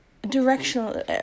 directional